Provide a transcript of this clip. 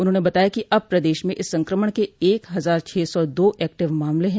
उन्होंने बताया कि अब प्रदेश में इस संक्रमण के एक हजार छह सौ दो एक्टिव मामले हैं